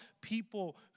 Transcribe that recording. people